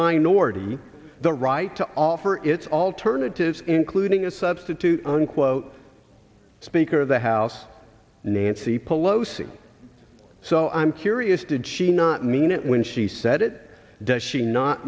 minority the right to offer its alternatives including a substitute unquote speaker of the house nancy pelosi so i'm curious did she not mean it when she said it does she not